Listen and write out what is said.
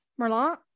Merlot